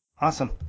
Awesome